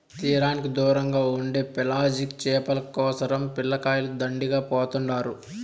తీరానికి దూరంగా ఉండే పెలాజిక్ చేపల కోసరం పిల్లకాయలు దండిగా పోతుండారు